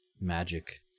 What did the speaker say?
magic